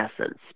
essence